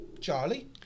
Charlie